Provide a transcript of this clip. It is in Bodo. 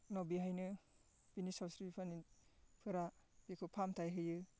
उनाव बेहायनो बिनि सावस्रि बिफाननिफोरा बेखौ फाहामथाय होयो